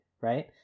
Right